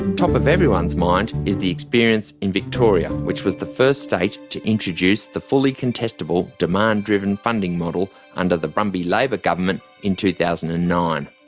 and top of everyone's mind is the experience in victoria, which was the first state to introduce the fully-contestable, demand-driven funding model under the brumby labor government in two thousand and nine.